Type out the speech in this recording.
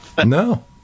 No